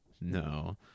no